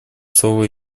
слово